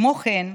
כמו כן,